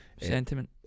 sentiment